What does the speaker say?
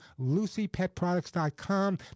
LucyPetProducts.com